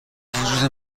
وجود